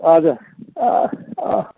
हजुर अँ अँ